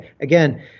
Again